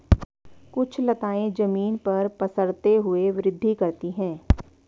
कुछ लताएं जमीन पर पसरते हुए वृद्धि करती हैं